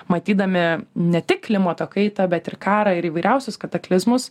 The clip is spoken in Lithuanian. matydami ne tik klimato kaitą bet ir karą ir įvairiausius kataklizmus